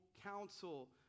counsel